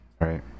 Right